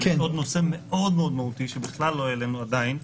אבל יש עוד נושא מאוד מהותי שלא העלינו עדיין: